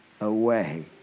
away